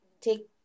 take